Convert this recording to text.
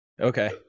Okay